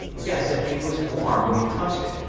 the guy said it was warm when he touched it.